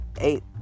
eight